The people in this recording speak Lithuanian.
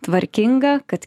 tvarkingą kad